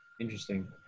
Interesting